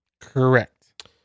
correct